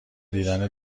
دیدن